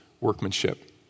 workmanship